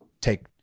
take